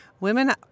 women